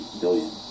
billion